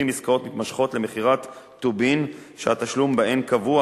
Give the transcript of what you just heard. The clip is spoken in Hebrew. עסקאות מתמשכות למכירת טובין שהתשלום בהן קבוע,